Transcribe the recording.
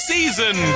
Season